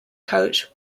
coach